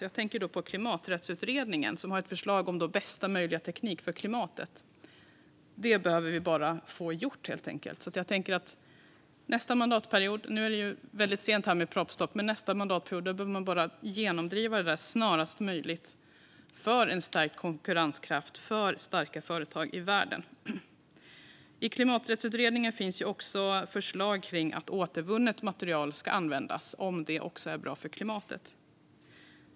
Jag tänker då på Klimaträttsutredningen, som har ett förslag om bästa möjliga teknik för klimatet. Det behöver vi helt enkelt bara få gjort. Nu är det väldigt sent när det gäller stopp för propositioner. Men nästa mandatperiod behöver man bara genomdriva detta snarast möjligt för en stark konkurrenskraft och för starka företag i världen. Klimaträttsutredningen har också förslag om att återvunnet material ska användas om det också är bra för klimatet.